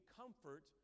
comfort